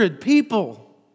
people